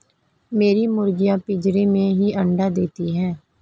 मेरी मुर्गियां पिंजरे में ही अंडा देती हैं